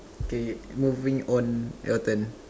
okay moving on your turn